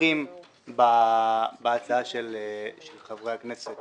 תומכים בהצעה של חברי הכנסת